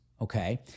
okay